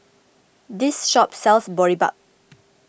this shop sells Boribap